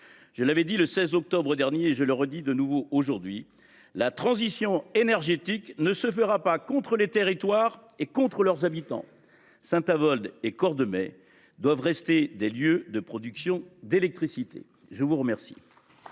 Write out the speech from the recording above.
Je l’ai indiqué le 16 octobre dernier et je le répète aujourd’hui : la transition énergétique ne se fera pas contre les territoires et leurs habitants. Saint Avold et Cordemais doivent rester des lieux de production d’électricité. La parole